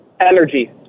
Energy